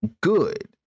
good